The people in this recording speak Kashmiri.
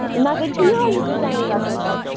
نہ تیلہِ چھُ یِہوے ڈِزایِن رَٹُن تۄہہِ